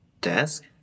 desk